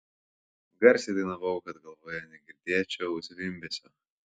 garsiai dainavau kad galvoje negirdėčiau zvimbesio